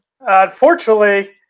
Unfortunately